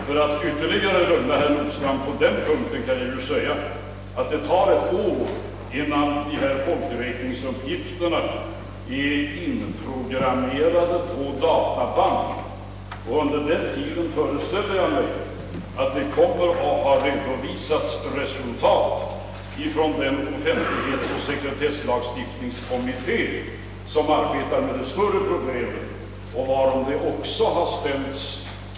För att ytterligare lugna herr Nordstrandh på den punkten kan jag säga att det tar ett år innan folkräkningsuppgifterna är inprogrammerade på databand. Dessförinnan föreställer jag mig att det kommer att ha redovisats resultat från den offentlighetsoch sekretesslagstiftningskommitté som arbetar med det större problemet, varom en rad interpellationer redan har ställts.